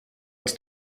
its